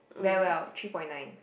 very well three point nine